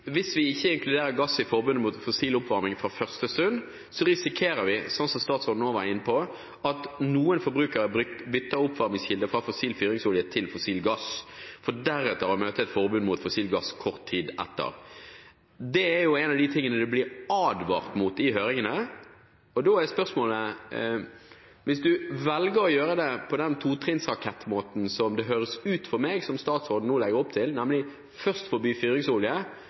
hvis vi ikke inkluderer gass i forbudet mot fossil oppvarming fra første stund, risikerer vi – som statsråden nå var inne på – at noen forbrukere bytter oppvarmingskilde fra fossil fyringsolje til fossil gass, for deretter å møte et forbud mot fossil gass kort tid etter. Det er jo en av de tingene man er blitt advart mot i høringene, og da er spørsmålet: Hvis man velger å gjøre det på den totrinns rakettmåten som det høres ut som for meg at statsråden nå legger opp til – nemlig først å forby fyringsolje,